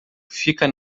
fica